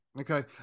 okay